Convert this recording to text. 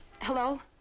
Hello